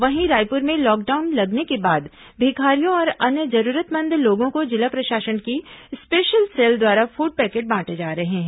वहीं रायपुर में लॉकडाउन लगने के बाद भिखारियों और अन्य जरूरतमंद लोगों को जिला प्रशासन की स्पेशल सेल द्वारा फूड पैकेट बांटे जा रहे हैं